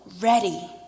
ready